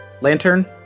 lantern